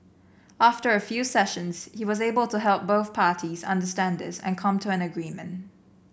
after a few sessions he was able to help both parties understand this and come to an agreement